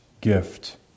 gift